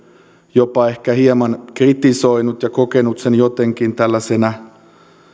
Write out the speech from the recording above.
jopa ehkä hieman kritisoinut ja kokenut sen jotenkin tällaisena